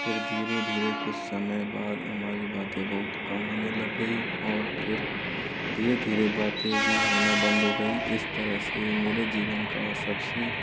फिर धीरे धीरे कुछ समय बाद हमारी बातें बहुत कम होने लग गई और फिर धीरे धीरे बातें भी होना बंद हो गई इस तरह से मेरे जीवन का सब से